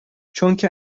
چونکه